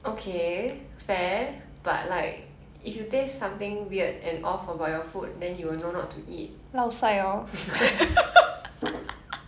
okay fair but like if you taste something weird and off about your food then you will know not to eat